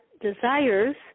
desires